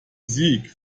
sieg